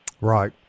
Right